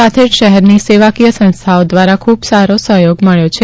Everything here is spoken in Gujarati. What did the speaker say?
સાથે જ શહેરની સેવાકીય સંસ્થાઓ દ્વારા ખૂબ સારો સહયોગ મળ્યો છે